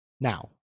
now